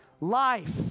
life